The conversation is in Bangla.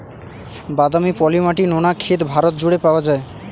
বাদামি, পলি মাটি, নোনা ক্ষেত ভারত জুড়ে পাওয়া যায়